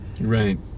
right